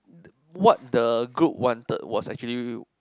what the group wanted was actually